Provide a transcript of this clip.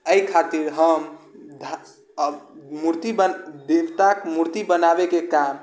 एहि खातिर हम मूर्ति देवताके मूर्ति बनाबैके काम